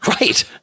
Right